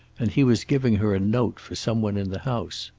and he was giving her a note for some one in the house.